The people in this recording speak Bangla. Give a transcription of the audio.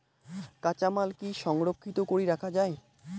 কাঁচামাল কি সংরক্ষিত করি রাখা যায়?